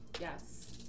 Yes